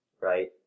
right